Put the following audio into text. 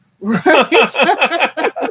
Right